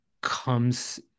comes